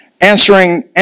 answering